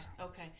okay